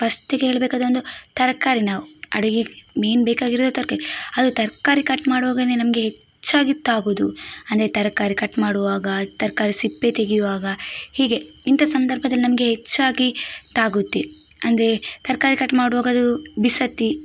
ಫಸ್ಟಿಗೆ ಹೇಳಬೇಕಾದ್ರೆ ಒಂದು ತರಕಾರಿ ನಾವು ಅಡುಗೆಗೆ ಮೇಯ್ನ್ ಬೇಕಾಗಿರೋದೇ ತರಕಾರಿ ಅದು ತರಕಾರಿ ಕಟ್ ಮಾಡುವಾಗಲೇ ನಮಗೆ ಹೆಚ್ಚಾಗಿ ತಾಗುವುದು ಅಂದರೆ ತರಕಾರಿ ಕಟ್ ಮಾಡುವಾಗ ತರಕಾರಿ ಸಿಪ್ಪೆ ತೆಗೆಯುವಾಗ ಹೀಗೆ ಇಂಥ ಸಂದರ್ಭದಲ್ಲಿ ನಮಗೆ ಹೆಚ್ಚಾಗಿ ತಾಗುತ್ತೆ ಅಂದರೆ ತರಕಾರಿ ಕಟ್ ಮಾಡುವಾಗ ಅದು ಬಿಸತ್ತಿ